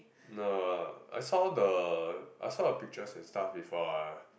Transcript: no I saw the I saw a pictures and stuff before ah